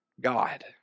God